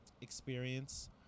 experience